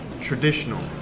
traditional